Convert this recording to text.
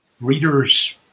readers